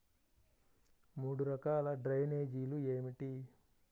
మూడు రకాల డ్రైనేజీలు ఏమిటి?